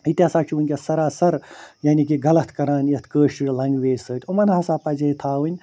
یہِ تہِ ہَسا چھُ وُنکٮ۪س سَراسَر یعنی کہِ غَلَط کَران یتھ کٲشرِ لنگویج سۭتۍ یِمن ہَسا پَزِہے تھاوٕنۍ